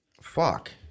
fuck